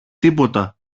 τίποτα